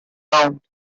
round